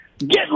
Get